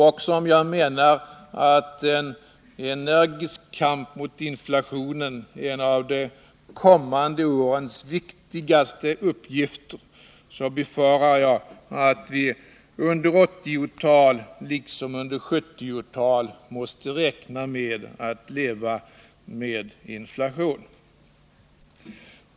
Även om jag menar att en energisk kamp mot inflationen är en av de kommande årens viktigaste uppgifter, så befarar jag att vi under 1980-talet liksom under 1970-talet måste räkna med att leva med inflation.